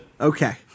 Okay